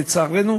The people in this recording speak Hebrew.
לצערנו,